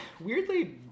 Weirdly